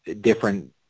different